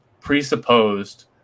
presupposed